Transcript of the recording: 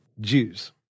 Jews